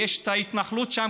יש את ההתנחלות שם,